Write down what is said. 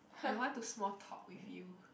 I don't want to small talk with you